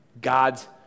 God's